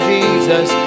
Jesus